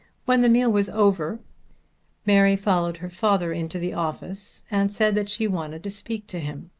when the meal was over mary followed her father into the office and said that she wanted to speak to him.